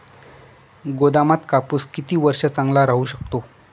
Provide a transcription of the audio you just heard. गोदामात कापूस किती वर्ष चांगला राहू शकतो?